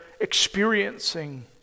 experiencing